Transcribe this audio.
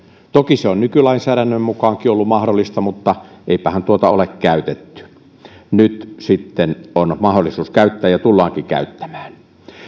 toki se on nykylainsäädännön mukaankin ollut mahdollista mutta eipähän tuota ole käytetty nyt sitten on mahdollisuus käyttää ja tullaankin käyttämään